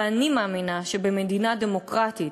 ואני מאמינה שבמדינה דמוקרטית,